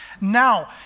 Now